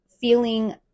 feeling